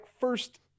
first